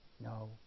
No